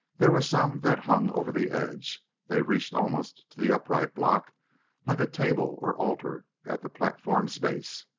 there were some that hung over the edge they reached almost to the upright block like a table or altar at the platform's base.